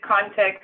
context